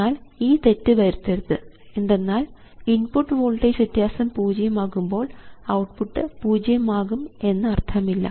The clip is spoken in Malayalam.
എന്നാൽ ഈ തെറ്റ് വരുത്തരുത് എന്തെന്നാൽ ഇൻപുട്ട് വോൾട്ടേജ് വ്യത്യാസം പൂജ്യം ആകുമ്പോൾ ഔട്ട്പുട്ട് പൂജ്യം ആകും എന്ന് അർഥമില്ല